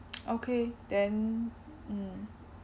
okay then mm